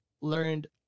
learned